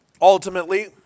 Ultimately